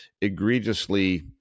egregiously